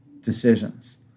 decisions